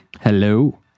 Hello